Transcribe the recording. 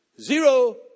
zero